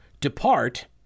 depart